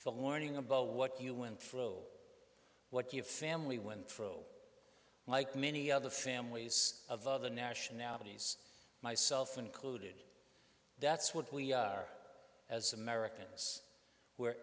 warning about what you went through what your family went through like many other families of other nationalities myself included that's what we are as americans we're